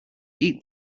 eat